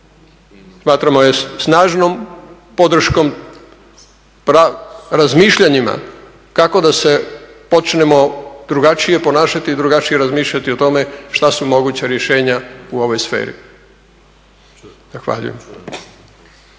Smatramo je snažnom podrškom razmišljanjima kako da se počnemo drugačije ponašati i drugačije razmišljati o tome šta su moguća rješenja u ovoj sferi.